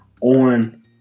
on